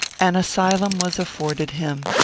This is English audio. an asylum was afforded him,